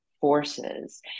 forces